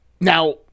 Now